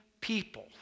people